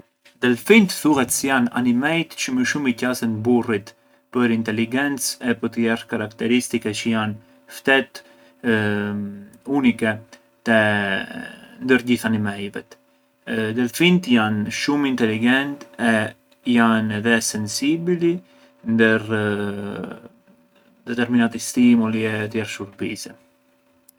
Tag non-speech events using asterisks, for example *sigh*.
Delfinët thuhet se jan animejt çë më shumë i qasen burrit për inteligencë e për tjerë karakteristike çë janë ftetë *hesitation* unike te *hesitation* ndër gjithë animejvet, delfinët janë shumë inteligentë e janë edhe sensibili ndër *hesitation* determinati stimoli e tjerë shurbise.